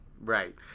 Right